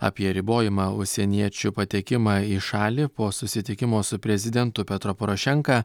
apie ribojamą užsieniečių patekimą į šalį po susitikimo su prezidentu petro porošenka